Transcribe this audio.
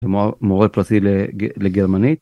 מורה פרטי לגרמנית.